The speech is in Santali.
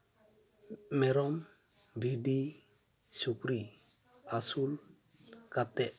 ᱢᱮᱨᱚᱢ ᱵᱷᱤᱰᱤ ᱥᱩᱠᱨᱤ ᱟᱥᱩᱞ ᱠᱟᱛᱮ